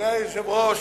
אדוני היושב-ראש,